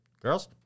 Girls